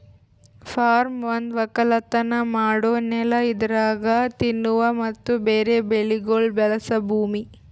form ಒಂದು ಒಕ್ಕಲತನ ಮಾಡೋ ನೆಲ ಇದರಾಗ್ ತಿನ್ನುವ ಮತ್ತ ಬೇರೆ ಬೆಳಿಗೊಳ್ ಬೆಳಸ ಭೂಮಿ